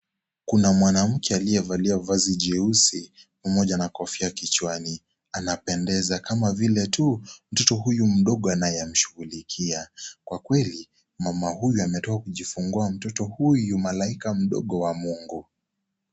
Kuna mwanamke aliyevalia vazi jeusi pamoja na kofia kichwani. Anapendeza kama vile tu, mtoto huyu mdogo anayemshughulikia. Kwa kweli, mama huyu ametoka kujifungua mtoto huyu malaika mdogo wa Mungu.